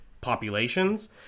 populations